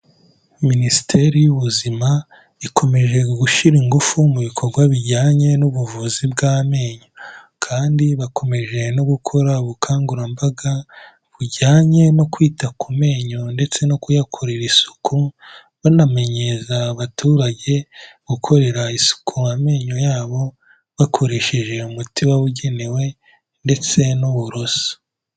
Minisiteri y'Ubuzima, ikomeje gushyira ingufu mu bikorwa bijyanye n'ubuvuzi bw'amenyo kandi bakomeje no gukora ubukangurambaga, bujyanye no kwita ku menyo ndetse no kuyakorera isuku, banamenyereza abaturage, gukorera isuku ameyo yabo, bakoresheje umuti wabugenewe ndetse n'uburoso.